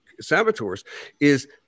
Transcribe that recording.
saboteurs—is